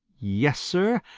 yes, sir,